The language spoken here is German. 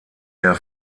der